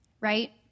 right